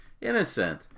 innocent